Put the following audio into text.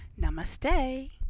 Namaste